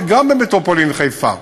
וגם במטרופולין חיפה.